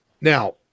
Now